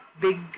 big